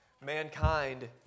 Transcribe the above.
Mankind